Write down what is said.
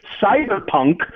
cyberpunk